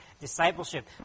discipleship